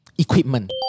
Equipment